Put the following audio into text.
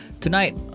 Tonight